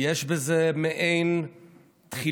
כי יש בזה מעין תחילת